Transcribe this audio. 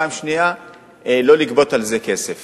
פעם שנייה לא לגבות על זה כסף.